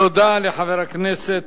תודה לחבר הכנסת